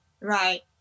Right